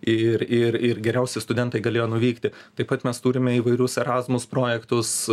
ir ir ir geriausi studentai galėjo nuvykti taip pat mes turime įvairius erasmus projektus